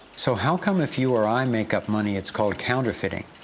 so how come if you or i make up money it's called counterfeiting,